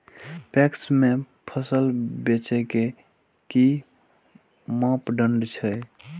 PACS में फसल बेचे के कि मापदंड छै?